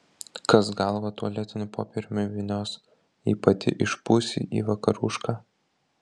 kas galvą tualetiniu popieriumi vynios jei pati išpūsi į vakarušką